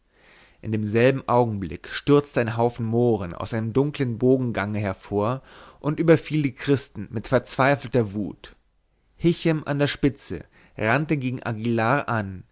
in demselben augenblick stürzte ein haufen mohren aus einem dunklen bogengange hervor und überfiel die christen mit verzweifelnder wut hichem an der spitze rannte gegen aguillar an